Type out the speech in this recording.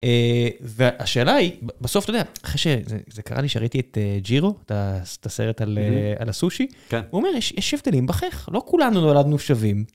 והשאלה היא, בסוף אתה יודע, אחרי שזה קרה לי שראיתי את ג'ירו, את הסרט על הסושי, הוא אומר, יש הבדלים בחיך, לא כולנו נולדנו שווים.